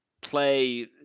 play